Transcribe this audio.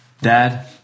Dad